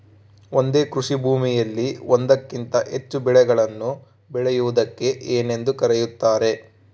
ಒಂದೇ ಕೃಷಿಭೂಮಿಯಲ್ಲಿ ಒಂದಕ್ಕಿಂತ ಹೆಚ್ಚು ಬೆಳೆಗಳನ್ನು ಬೆಳೆಯುವುದಕ್ಕೆ ಏನೆಂದು ಕರೆಯುತ್ತಾರೆ?